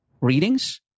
readings